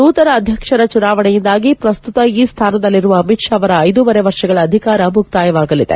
ನೂತನ ಅಧ್ಯಕ್ಷರ ಚುನಾವಣೆಯಿಂದಾಗಿ ಪ್ರಸ್ತುತ ಈ ಸ್ವಾನದಲ್ಲಿರುವ ಅಮಿತ್ ಷಾ ಅವರ ಐದೂವರೆ ವರ್ಷಗಳ ಅಧಿಕಾರ ಮುಕ್ತಾಯವಾಗಲಿದೆ